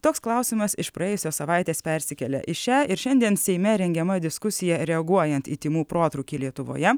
toks klausimas iš praėjusios savaitės persikelia į šią ir šiandien seime rengiama diskusija reaguojant į tymų protrūkį lietuvoje